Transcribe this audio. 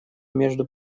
между